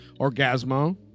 Orgasmo